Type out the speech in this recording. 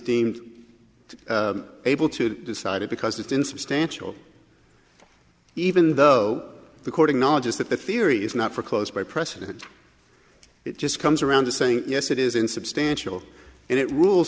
deemed to be able to decide it because it's insubstantial even though the chording knowledge is that the theory is not for close by precedent it just comes around to saying yes it is insubstantial and it rules